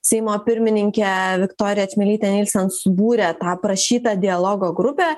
seimo pirmininkę viktoriją čmilytę nielsen subūrė tą prašytą dialogo grupę